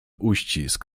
uścisk